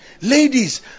Ladies